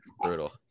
brutal